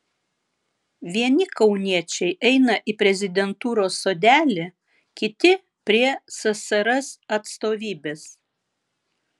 vieni kauniečiai eina į prezidentūros sodelį kiti prie ssrs atstovybės